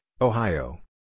Ohio